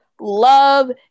Love